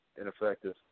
ineffective